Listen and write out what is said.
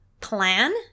plan